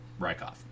Rykov